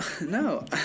no